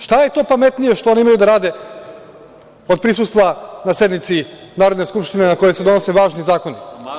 Šta je to pametnije što oni imaju da rade od prisustva na sednici Narodne skupštine na kojoj se donose važni zakoni?